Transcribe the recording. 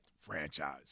franchise